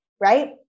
right